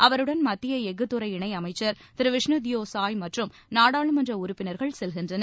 அவருடன் இணை துறை அமைச்சர் திரு விஷ்ணுதியோ சாய் மற்றும் நாடாளுமன்ற உறுப்பினர்களும் செல்கின்றனர்